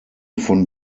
von